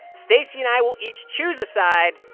stacey and i will each choose a side,